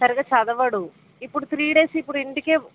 సరిగ్గా చదవడు ఇప్పుడు త్రీ డేస్ ఇప్పుడు ఇంటికే